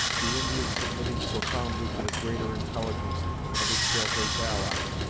the indian submitting profoundly to the greater intelligence of his pale-face allies,